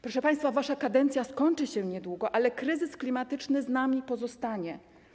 Proszę państwa, wasza kadencja skończy się niedługo, ale kryzys klimatyczny z nami pozostanie.